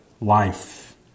life